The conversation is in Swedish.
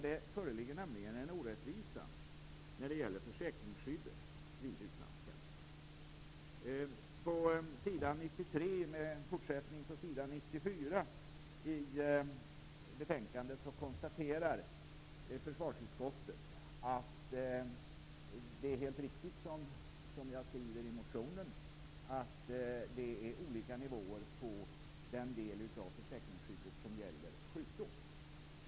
Det föreligger nämligen en orättvisa när det gäller försäkringsskyddet vid utlandstjänst. På s. 93 med fortsättning på s. 94 i betänkandet konstaterar försvarsutskottet att det jag skriver i motionen om att det är olika nivåer på den del av försäkringsskyddet som gäller sjukdom är helt riktigt.